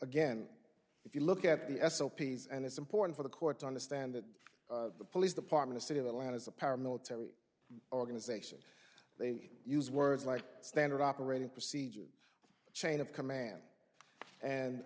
again if you look at the s o p s and it's important for the court to understand that the police department a city of atlanta is a paramilitary organization they use words like standard operating procedure chain of command and